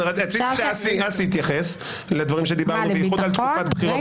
אסי יתייחס לדברים שדיברנו במיוחד בתקופת בחירות.